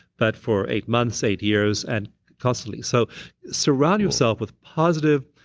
but for eight months, eight years, and constantly so surround yourself with positive,